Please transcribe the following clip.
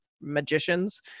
magicians